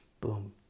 boom